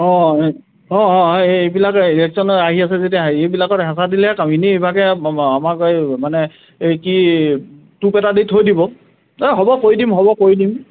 অঁ অঁ এই এইবিলাক ইলেকচনত আহি আছে যেতিয়া এইবিলাকত হেঁচা দিলে কাহিনী ইভাগে আমাক এই মানে এই কি টোপ এটা দি থৈ দিব এই হ'ব কৰি দিম হ'ব কৰি দিম